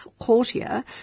courtier